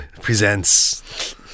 presents